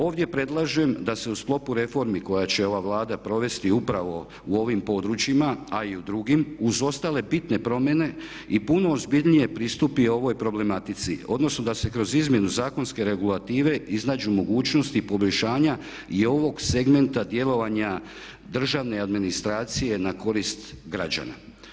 Ovdje predlažem da se u sklopu reformi koje će ova Vlada provesti upravo u ovim područjima, a i u drugim, uz ostale bitne promjene i puno ozbiljnije pristupi ovoj problematici odnosno da se kroz izmjenu zakonske regulative iznađu mogućnosti poboljšanja i ovog segmenta djelovanja državne administracije na korist građana.